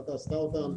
רת"א עשתה אותן.